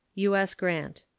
u s. grant.